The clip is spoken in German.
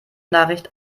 nachricht